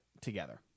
together